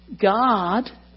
God